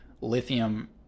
lithium